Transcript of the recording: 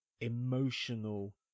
emotional